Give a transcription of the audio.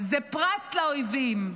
זה פרס לאויבים,